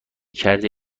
کرده